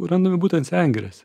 randami būtent sengirėse